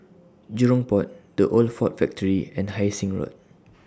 Jurong Port The Old Ford Factory and Hai Sing Road